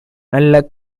நல்ல